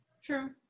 sure